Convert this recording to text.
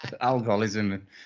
alcoholism